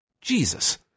Jesus